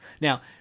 Now